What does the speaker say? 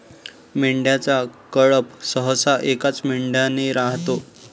मेंढ्यांचा कळप सहसा एकाच मेंढ्याने राहतो